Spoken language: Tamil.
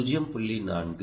4 0